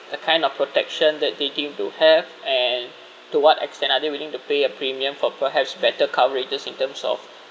the kind of protection that they deem to have and to what extent are they willing to pay a premium for perhaps better coverages in terms of